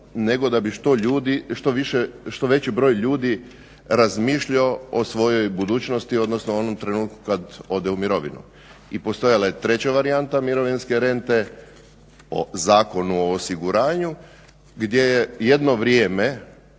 nego da bi što veći broj ljudi razmišljao o svojoj budućnosti, odnosno o onom trenutku kad ode u mirovinu. I postojala je treća varijanta mirovinske rente o Zakonu o osiguranju gdje je jedno vrijeme